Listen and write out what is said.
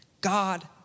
God